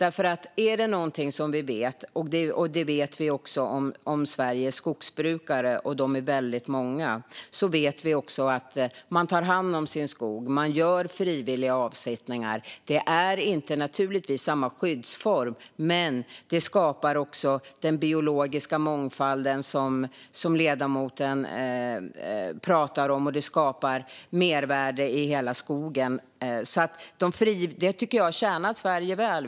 Är det något vi vet om Sveriges skogsbrukare - och de är väldigt många - är det att man tar hand om sin skog. Man gör frivilliga avsättningar. Det är naturligtvis inte samma skyddsform, men det skapar den biologiska mångfald som ledamoten pratar om. Det skapar också mervärde i hela skogen. Det tycker jag har tjänat Sverige väl.